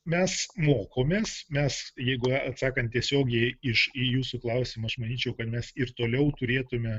mes mokomės mes jeigu a atsakant tiesiogiai iš į jūsų klausimą aš manyčiau kad mes ir toliau turėtume